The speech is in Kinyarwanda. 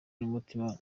n’umutima